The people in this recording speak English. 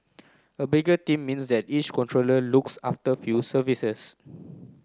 a bigger team means that each controller looks after few services